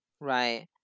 right